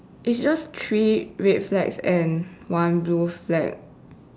it's just three red flags and one blue flag